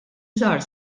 żgħar